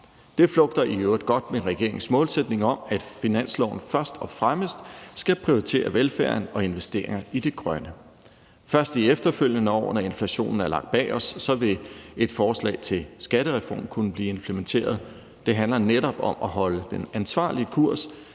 Det flugter i øvrigt godt med i regeringens målsætning om, at finansloven først og fremmest skal prioritere velfærden og investeringer i det grønne. Først de efterfølgende år, når inflationen er bag os, vil et forslag til skattereform kunne blive implementeret. Det handler netop om at holde den ansvarlige kurs,